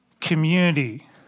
Community